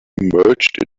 emerged